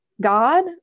God